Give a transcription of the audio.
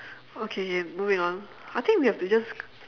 okay moving on I think we have to just